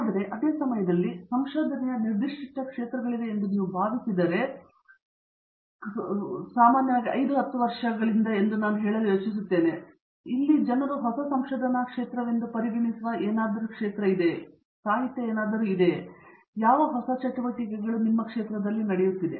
ಆದರೆ ಅದೇ ಸಮಯದಲ್ಲಿ ಅಂದರೆ ಸಂಶೋಧನೆಯ ಕ್ಷೇತ್ರಗಳಿವೆ ಎಂದು ನೀವು ಭಾವಿಸಿದರೆ ಕೊನೆಯ ಲೆಟ್ ನಲ್ಲಿ 5 10 ವರ್ಷಗಳು ಹೇಳಬೇಕೆಂದು ನಾನು ಯೋಚಿಸುತ್ತಿದ್ದೇನೆ ಇದು ಜನರು ಹೊಸ ಸಂಶೋಧನಾ ಕ್ಷೇತ್ರವೆಂದು ಪರಿಗಣಿಸುವ ಜನರು ಅಲ್ಲಿ ಇರಬಹುದು ಹಿಂದಿನಿಂದ ಸಾಕಷ್ಟು ಸಾಹಿತ್ಯ ಇಲ್ಲ ಮತ್ತು ಹೊಸ ಚಟುವಟಿಕೆಯು ಎಲ್ಲಿ ನಡೆಯುತ್ತಿದೆ